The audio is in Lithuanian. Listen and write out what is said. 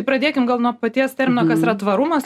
pradėkim gal nuo paties termino kas yra tvarumas